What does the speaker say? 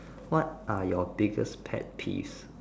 what are your biggest pet peeves